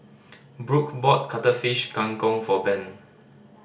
Brook bought Cuttlefish Kang Kong for Ben